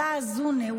תודה רבה.